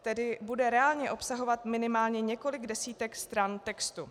Tedy bude reálně obsahovat minimálně několik desítek stran textu.